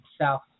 South